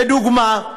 לדוגמה: